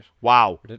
Wow